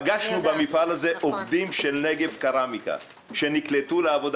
פגשנו במפעל הזה עובדים של נגב קרמיקה שנקלטו בעבודה